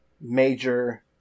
major